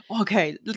okay